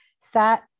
sat